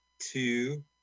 two